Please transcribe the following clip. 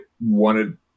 wanted